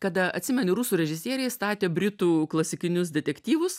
kada atsimeni rusų režisieriai statė britų klasikinius detektyvus